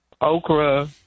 okra